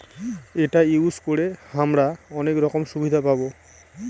এটা ইউজ করে হামরা অনেক রকম সুবিধা পাবো